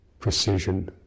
precision